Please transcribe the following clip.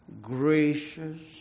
gracious